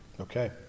Okay